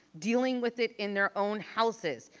dealing with it in their own houses,